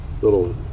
little